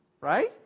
Right